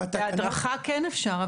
בהדרכה כן אפשר,